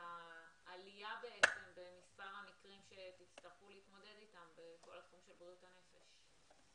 לעלייה במספר המקרים שתצטרכו להתמודד איתם בכל התחום של בריאות הנפש?